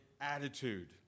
attitude